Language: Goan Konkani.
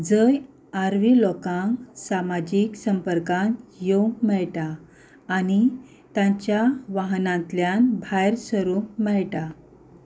जंय आरव्ही लोकांक समाजीक संपर्कांत येवंक मेळटा आनी तांच्या वाहनांतल्यान भायर सरूंक मेळटा